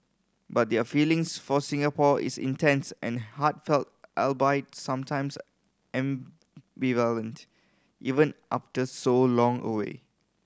but their feelings for Singapore is intense and heartfelt albeit sometimes ambivalent even after so long away